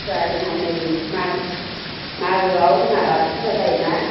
बाथौ फुजा जोंहा नै मागो मागोआव जोंहा बाथौ फुजा जायोना